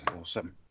Awesome